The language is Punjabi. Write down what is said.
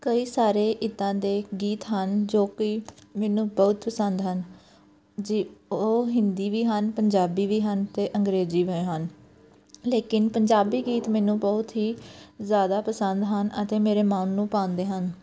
ਕਈ ਸਾਰੇ ਇੱਦਾਂ ਦੇ ਗੀਤ ਹਨ ਜੋ ਕਿ ਮੈਨੂੰ ਬਹੁਤ ਪਸੰਦ ਹਨ ਜੀ ਉਹ ਹਿੰਦੀ ਵੀ ਹਨ ਪੰਜਾਬੀ ਵੀ ਹਨ ਅਤੇ ਅੰਗਰੇਜ਼ੀ ਵੀ ਹਨ ਲੇਕਿਨ ਪੰਜਾਬੀ ਗੀਤ ਮੈਨੂੰ ਬਹੁਤ ਹੀ ਜ਼ਿਆਦਾ ਪਸੰਦ ਹਨ ਅਤੇ ਮੇਰੇ ਮਨ ਨੂੰ ਭਾਉਂਦੇ ਹਨ